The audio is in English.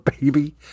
baby